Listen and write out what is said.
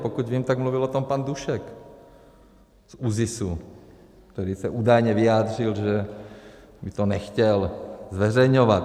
Pokud vím, tak mluvil o tom pan Dušek z ÚZIS, který se údajně vyjádřil, že by to nechtěl zveřejňovat.